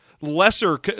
lesser